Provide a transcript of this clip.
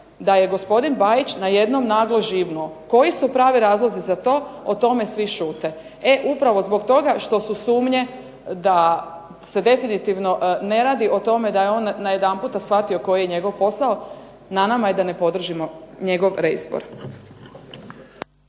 da je gospodin Bajić najednom naglo živnuo. Koji su pravi razlozi za to, o tome svi šute. E upravo zbog toga što su sumnje da se definitivno ne radi o tome da je on najedanputa shvatio koji je njegov posao, na nama je da ne podržimo njegov reizbor.